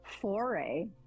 foray